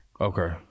Okay